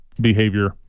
behavior